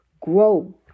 grow